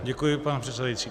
Děkuji, pane předsedající.